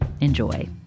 Enjoy